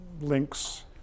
links